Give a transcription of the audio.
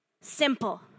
Simple